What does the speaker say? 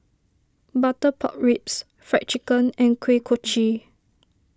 Butter Pork Ribs Fried Chicken and Kuih Kochi